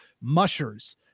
mushers